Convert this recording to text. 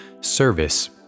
Service